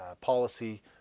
policy